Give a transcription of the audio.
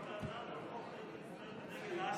בהצעת החוק דגל ישראל ודגל אש"ף,